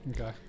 Okay